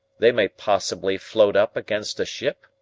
they might possibly float up against a ship,